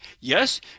Yes